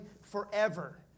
forever